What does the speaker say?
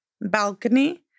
balcony